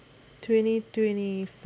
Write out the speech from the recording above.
twenty twenty five